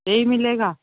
यही मिलेगा